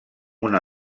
una